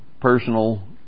personal